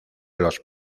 los